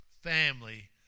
family